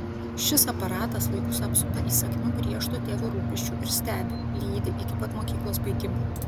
šis aparatas vaikus apsupa įsakmiu griežto tėvo rūpesčiu ir stebi lydi iki pat mokyklos baigimo